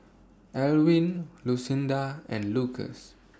Alwine Lucinda and Lucas